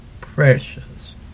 precious